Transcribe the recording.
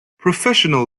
professional